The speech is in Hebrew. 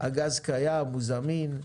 הגז קיים, הוא זמין,